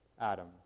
Adam